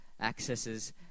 accesses